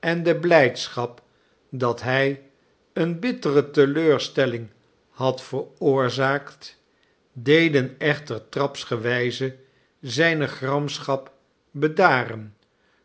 en de blijdschap dat hij eene bittere teleurstelling had veroorzaakt deden echter trapsgewijze zijne gramschap bedaren